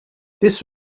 this